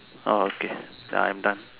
ah okay I am done